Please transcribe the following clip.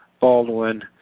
Baldwin